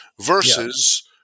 versus